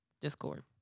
Discord